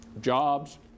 jobs